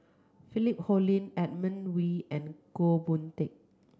Philip Hoalim Edmund Wee and Goh Boon Teck